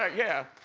ah yeah.